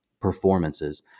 performances